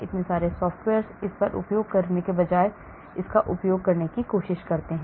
इतने सारे सॉफ्टवेयर इस का उपयोग करने के बजाय इसका उपयोग करने की कोशिश करते हैं